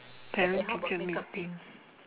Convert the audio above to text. parents teacher meeting